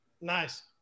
Nice